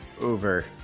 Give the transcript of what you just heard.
over